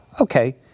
Okay